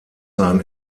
sein